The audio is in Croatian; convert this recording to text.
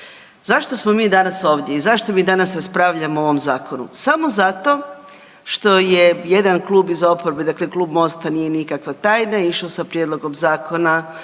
Zašto smo mi danas ovdje i zašto mi danas raspravljamo o ovom zakonu? Samo zato što je jedan klub iz oporbe, dakle Klub MOST-a nije nikakva tajna išao sa prijedlogom zakona